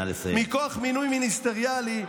מכוח מינוי מיניסטריאלי,